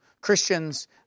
Christians